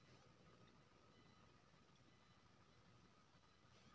केतारीक प्रयोग जैबिक प्लास्टिक बनेबामे सेहो कएल जाइत छै